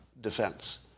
defense